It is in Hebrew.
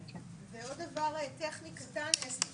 ועוד דבר טכני קטן, אסתי.